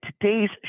today's